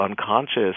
unconscious